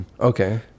Okay